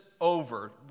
over